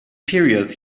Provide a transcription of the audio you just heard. period